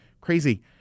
crazy